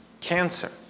cancer